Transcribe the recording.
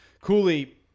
Cooley